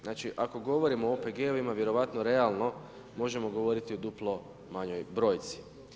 Znači ako govorimo o OPG-ovima vjerojatno realno možemo govoriti o duplo manjoj brojci.